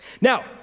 Now